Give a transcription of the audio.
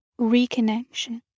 reconnection